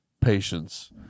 patience